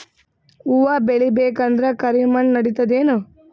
ಹುವ ಬೇಳಿ ಬೇಕಂದ್ರ ಕರಿಮಣ್ ನಡಿತದೇನು?